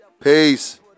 Peace